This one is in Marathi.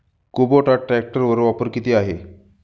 कुबोटा ट्रॅक्टरवर ऑफर किती आहे?